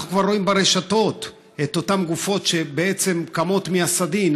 אנחנו כבר רואים ברשתות את אותן גופות שבעצם קמות מהסדין.